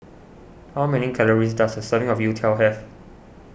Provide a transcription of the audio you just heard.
how many calories does a serving of Youtiao have